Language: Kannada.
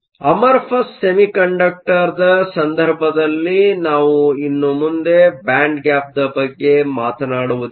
ಅಮರ್ಫಸ್ ಸೆಮಿಕಂಡಕ್ಟರ್amorphous semiconductorದ ಸಂದರ್ಭದಲ್ಲಿ ನಾವು ಇನ್ನು ಮುಂದೆ ಬ್ಯಾಂಡ್ ಗ್ಯಾಪ್Band gapದ ಬಗ್ಗೆ ಮಾತನಾಡುವುದಿಲ್ಲ